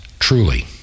Truly